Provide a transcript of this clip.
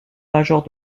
major